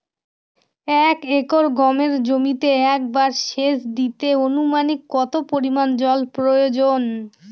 এক একর গমের জমিতে একবার শেচ দিতে অনুমানিক কত পরিমান জল প্রয়োজন?